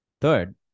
Third